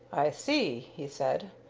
i see, he said,